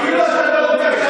כאילו אתה לא יודע.